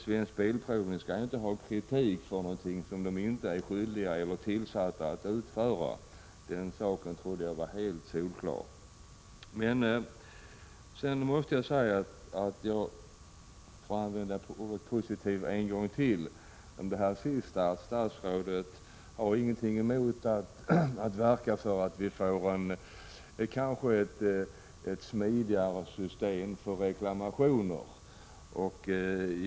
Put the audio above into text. Svensk Bilprovning skall inte ha kritik för något som man inte är tillsatt att utföra. Det trodde jag var helt klart. Jag måste nog använda ordet positiv en gång till om det sista statsrådet sade, nämligen att han inte har någonting emot att verka för att vi skall få ett smidigare system för reklamationer.